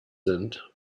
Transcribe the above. sind